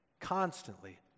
constantly